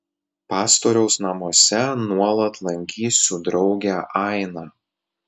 pastoriaus namuose nuolat lankysiu draugę ainą